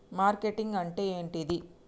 Marketing అంటే ఏంటిది?